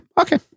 Okay